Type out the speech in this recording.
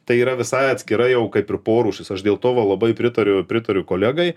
tai yra visa atskira jau kaip ir porūšis aš dėl to va labai pritariu pritariu kolegai